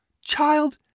Child